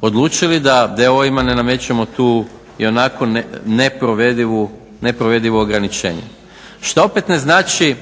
odlučili da d.o.o.-ima ne namećemo tu ionako neprovedivo ograničenje šta opet ne znači